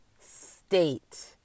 state